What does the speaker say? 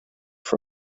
for